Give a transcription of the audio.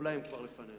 אולי הן כבר לפנינו.